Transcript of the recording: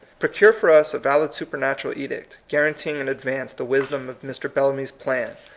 procure for us a valid super natural edict, guaranteeing in advance the wisdom of mr. bellamy's plan,